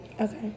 Okay